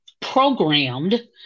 programmed